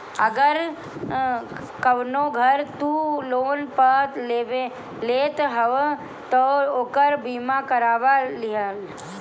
अगर कवनो घर तू लोन पअ लेत हवअ तअ ओकर बीमा करवा लिहअ